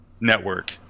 Network